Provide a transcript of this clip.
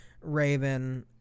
raven